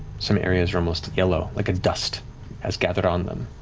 some areas are almost yellow, like a dust has gathered on them.